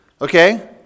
Okay